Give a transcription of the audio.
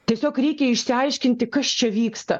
tiesiog reikia išsiaiškinti kas čia vyksta